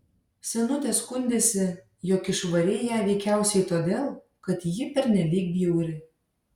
senutė skundėsi jog išvarei ją veikiausiai todėl kad ji pernelyg bjauri